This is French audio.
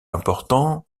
important